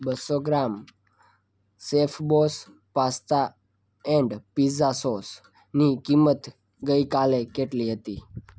બસો ગ્રામ સેફબોસ pasta and pizza sauce ની કિંમત ગઈ કાલે કેટલી હતી